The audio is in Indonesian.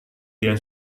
dia